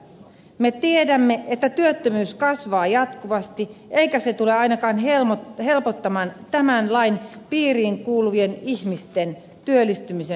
me tiedämme että työttömyys kasvaa jatkuvasti eikä se tule ainakaan helpottamaan tämän lain piiriin kuuluvien ihmisten työllistymisen mahdollisuuksia